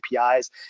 APIs